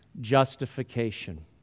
justification